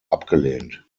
abgelehnt